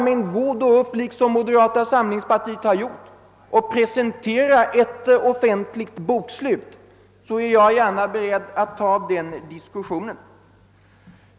Men gör som moderata samlingspartiet: presentera ett offentligt bokslut!